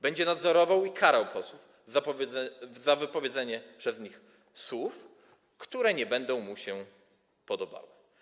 Będzie nadzorował i karał posłów za wypowiedzenie przez nich słów, które nie będą mu się podobały.